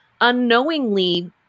unknowingly